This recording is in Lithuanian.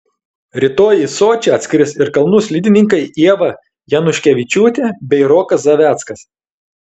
rytoj į sočį atskris ir kalnų slidininkai ieva januškevičiūtė bei rokas zaveckas